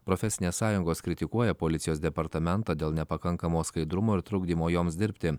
profesinės sąjungos kritikuoja policijos departamentą dėl nepakankamo skaidrumo ir trukdymo joms dirbti